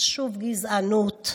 שוב גזענות,